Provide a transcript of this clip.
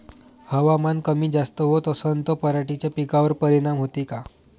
हवामान कमी जास्त होत असन त पराटीच्या पिकावर परिनाम होते का?